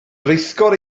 rheithgor